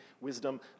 wisdom